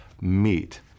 meet